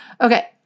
okay